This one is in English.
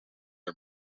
and